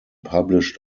published